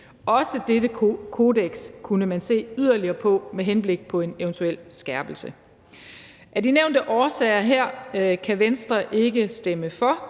Også dette kodeks kunne man se yderligere på med henblik på en eventuel skærpelse. Af de nævnte årsager kan Venstre ikke stemme for